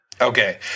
Okay